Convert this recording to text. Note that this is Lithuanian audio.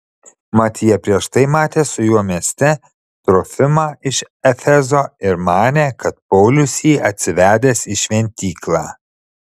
mat jie prieš tai matė su juo mieste trofimą iš efezo ir manė kad paulius jį atsivedęs į šventyklą